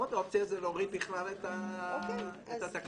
עוד אופציה זה להוריד בכלל את התקנה הזאת.